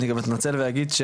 אני אתנצל ואגיד,